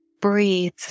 Breathe